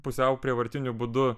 pusiau prievartiniu būdu